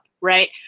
right